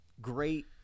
great